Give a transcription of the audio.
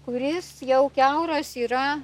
kuris jau kiauras yra